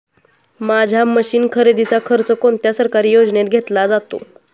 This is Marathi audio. माझ्या मशीन खरेदीचा खर्च कोणत्या सरकारी योजनेत घेतला जातो?